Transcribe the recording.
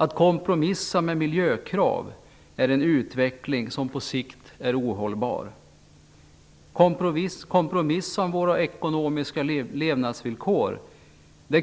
Att kompromissa om miljökrav innebär en utveckling som på sikt blir ohållbar. Kompromissa om våra ekonomiska levnadsvillkor